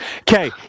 okay